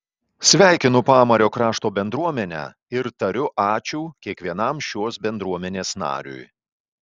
sveikinu pamario krašto bendruomenę ir tariu ačiū kiekvienam šios bendruomenės nariui